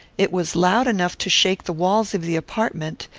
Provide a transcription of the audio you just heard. it was loud enough to shake the walls of the apartment,